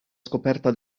scoperta